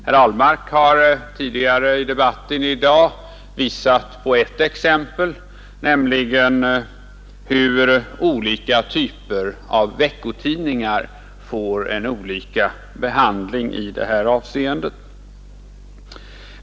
Herr Ahlmark har tidigare i dag påvisat att olika typer av veckotidningar får olika behandling i detta avseende.